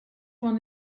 one